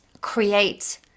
create